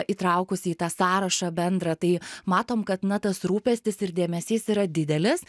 įtraukus į tą sąrašą bendrą tai matom kad na tas rūpestis ir dėmesys yra didelis